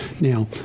Now